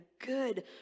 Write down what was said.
good